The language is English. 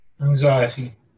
anxiety